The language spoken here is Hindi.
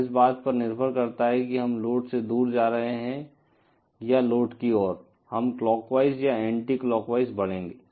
और इस बात पर निर्भर करता है कि हम लोड से दूर जा रहे हैं या लोड की ओर हम क्लॉकवाइज या एंटी क्लॉकवाइज बढ़ेंगे